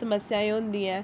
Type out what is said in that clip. समस्यां होंदियां